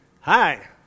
Hi